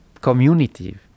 community